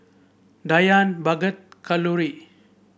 Dhyan Bhagat Kalluri